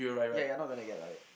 yeah you're not gonna get like